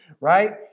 right